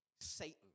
Satan